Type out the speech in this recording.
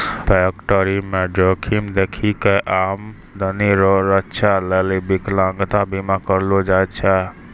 फैक्टरीमे जोखिम देखी कय आमदनी रो रक्षा लेली बिकलांता बीमा करलो जाय छै